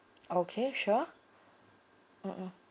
okay sure mmhmm